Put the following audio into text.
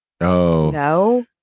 no